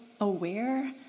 aware